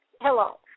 Hello